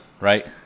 right